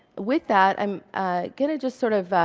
with that, i'm going to just sort of,